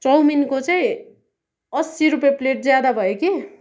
चौमिनको चाहिँ असी रुपियाँ प्लेट ज्यादा भयो कि